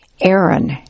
Aaron